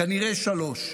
כנראה שלוש.